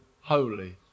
holy